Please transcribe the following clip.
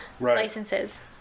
licenses